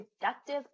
productive